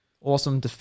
awesome